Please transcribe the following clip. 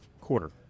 quarter